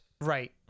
Right